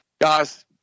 Guys